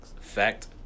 fact